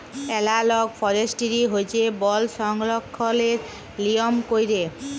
এলালগ forestry হছে বল সংরক্ষলের লিয়ম ক্যইরে